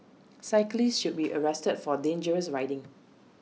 cyclist should be arrested for dangerous riding